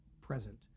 present